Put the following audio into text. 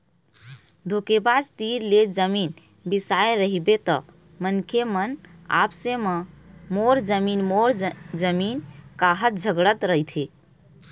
धोखेबाज तीर ले जमीन बिसाए रहिबे त मनखे मन आपसे म मोर जमीन मोर जमीन काहत झगड़त रहिथे